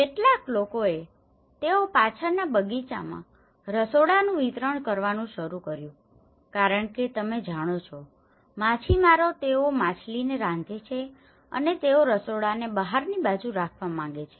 કેટલાક લોકોએ તેઓ પાછળના બગીચામાં રસોડાનું વિસ્તરણ કરવાનું શરૂ કર્યું કારણ કે તમે જાણો છો માછીમારો તેઓ માછલીને રાંધે છે અને તેઓ રસોડાને બહારની બાજુ રાખવા માંગે છે